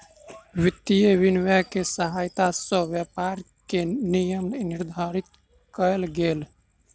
वित्तीय विनियम के सहायता सॅ व्यापार के नियम निर्धारित कयल गेल